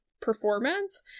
performance